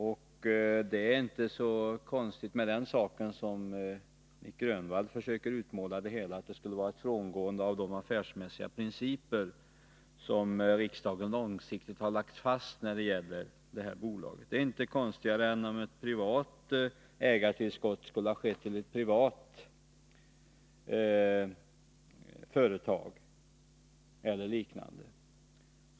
Detta tillskott är inte så konstigt som Nic Grönvall försöker utmåla det hela — att det skulle innebära ett frångående av de affärsmässiga principer som riksdagen långsiktigt har lagt fast för bolaget. Det är inte konstigare än om ett privat aktieägartillskott skulle ha skett till ett privat företag eller liknande.